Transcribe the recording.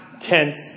tense